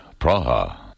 Praha